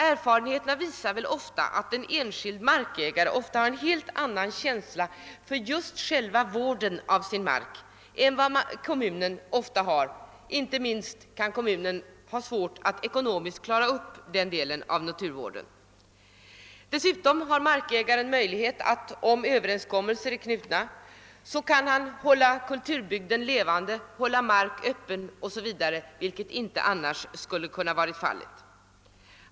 Erfarenheterna visar att en enskild markägare ofta har en helt annan känsla för själva vården av sin mark än kommunen. Inte minst kan kommunen ha svårt att ekonomiskt klara naturvården. Dessutom har markägaren möjlighet att, om överenskommelse finns, hålla kulturbygden levande, hålla mark öppen o. s. v., vilket annars inte skulle vara fallet.